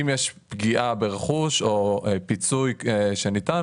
אם יש פגיעה ברכוש או פיצוי שניתן,